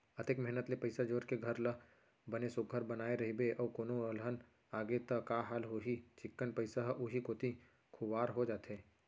अतेक मेहनत ले पइसा जोर के घर ल बने सुग्घर बनाए रइबे अउ कोनो अलहन आगे त का हाल होही चिक्कन पइसा ह उहीं कोती खुवार हो जाथे